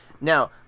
Now